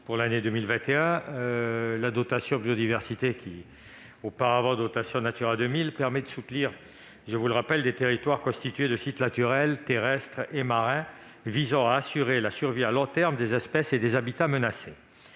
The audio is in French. pour l'année 2021. La dotation biodiversité, anciennement dénommée Natura 2000, permet de soutenir des territoires constitués de sites naturels, terrestres et marins, pour assurer la survie à long terme des espèces et des habitats menacés.